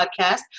podcast